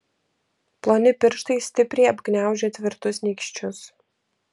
ploni pirštai stipriai apgniaužę tvirtus nykščius